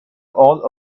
all